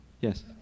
Yes